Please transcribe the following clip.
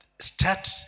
start